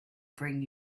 bring